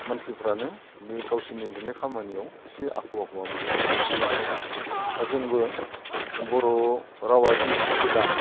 मानसिफ्रानो गावसिनि लिरनाय खामानियाव इसे आख' फाख'मोनो बे नंखागौ आ जोंबो बर'रावा जिहेथु गोदान